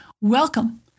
Welcome